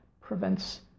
prevents